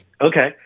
Okay